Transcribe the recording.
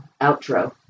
outro